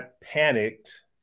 panicked